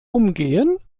umgehen